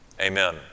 amen